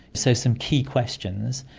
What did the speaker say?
so some key questions,